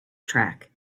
track